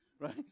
right